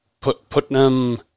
Putnam